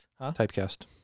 Typecast